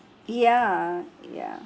ya ya